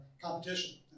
competition